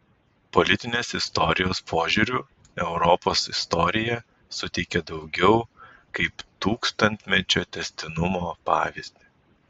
politinės istorijos požiūriu europos istorija suteikia daugiau kaip tūkstantmečio tęstinumo pavyzdį